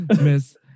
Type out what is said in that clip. Miss